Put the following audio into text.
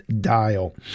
dial